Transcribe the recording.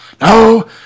No